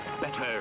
Better